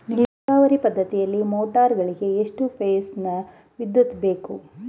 ನೀರಾವರಿ ಪದ್ಧತಿಯಲ್ಲಿ ಮೋಟಾರ್ ಗಳಿಗೆ ಎಷ್ಟು ಫೇಸ್ ನ ವಿದ್ಯುತ್ ಬೇಕು?